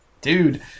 Dude